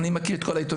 אני מכיר את כל היתומים.